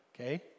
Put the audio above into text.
Okay